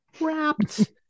wrapped